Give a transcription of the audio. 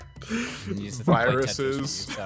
Viruses